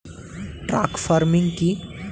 Truck farming কি?